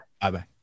bye-bye